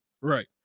Right